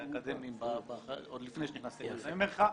אקדמיים עוד לפני שנכנסתי לכנסת, ואני אומר לך,